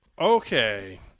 Okay